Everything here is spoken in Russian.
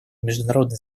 международной